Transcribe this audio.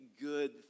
good